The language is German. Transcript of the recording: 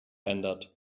ändert